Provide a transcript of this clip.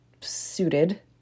suited